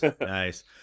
nice